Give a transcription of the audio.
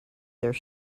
there